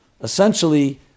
Essentially